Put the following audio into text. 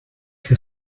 your